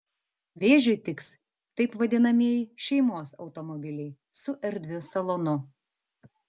vėžiui tiks taip vadinamieji šeimos automobiliai su erdviu salonu